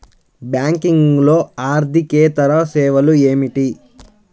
బ్యాంకింగ్లో అర్దికేతర సేవలు ఏమిటీ?